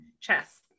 chess